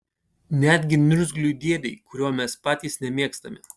netgi niurgzliui dėdei kurio mes patys nemėgstame